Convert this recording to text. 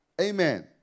Amen